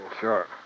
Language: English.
Sure